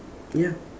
ya